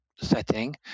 setting